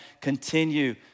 continue